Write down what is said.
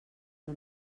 del